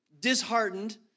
disheartened